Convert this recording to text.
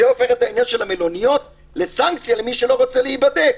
זה הופך את העניין של המלוניות לסנקציה למי שלא רוצה להיבדק.